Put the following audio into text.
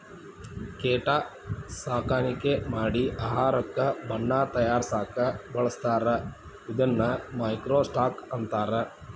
ಕೇಟಾ ಸಾಕಾಣಿಕೆ ಮಾಡಿ ಆಹಾರಕ್ಕ ಬಣ್ಣಾ ತಯಾರಸಾಕ ಬಳಸ್ತಾರ ಇದನ್ನ ಮೈಕ್ರೋ ಸ್ಟಾಕ್ ಅಂತಾರ